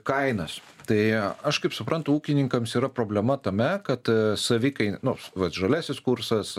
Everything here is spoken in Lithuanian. kainas tai aš kaip suprantu ūkininkams yra problema tame kad savikainė nu vat žaliasis kursas